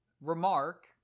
remark